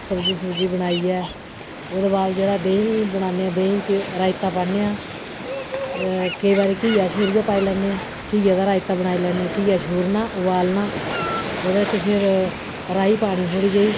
सब्जी सुब्जी बनाइयै ओह्दे बाद जेह्ड़ा देहीं बनान्ने आं देहीं च रायता पान्ने आं ते केईं बारी घिया शूरियै पाई लैन्ने आं घियै दा रायता बनाई लैन्ने घिया शूरना बुआलना ओह्दे च फिर राई पानी थोह्ड़ी जेही